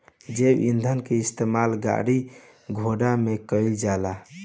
जैव ईंधन के इस्तेमाल गाड़ी घोड़ा में कईल जाला